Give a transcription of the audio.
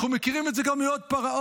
אנחנו מכירים את זה גם מעוד פרשה,